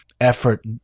effort